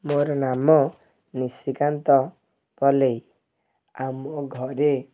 ମୋର ନାମ ନିଶିକାନ୍ତ ପଲେଇ ଆମ ଘରେ